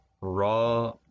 raw